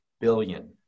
billion